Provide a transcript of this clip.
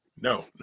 No